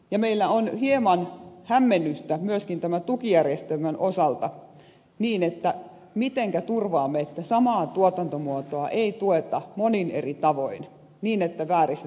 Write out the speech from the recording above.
ja meillä on hieman hämmennystä myöskin tämän tukijärjestelmän osalta siinä mitenkä turvaamme että samaa tuotantomuotoa ei tueta monin eri tavoin niin että vääristettäisiin kilpailua